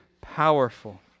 powerful